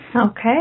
Okay